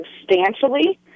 substantially